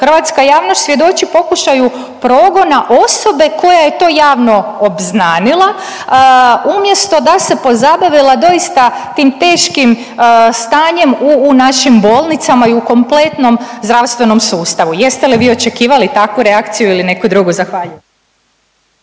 hrvatska javnost svjedoči pokušaju progona osobe koja je to javno obznanila umjesto da se pozabavila doista tim teškim stanjem u našim bolnicama i u kompletnom zdravstvenom sustavu. Jeste li vi očekivali takvu reakciju ili neku drugu? Zahvaljujem.